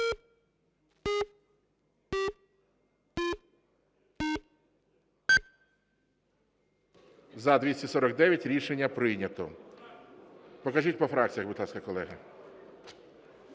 За-249 Рішення прийнято. Покажіть по фракціях, будь ласка, колеги.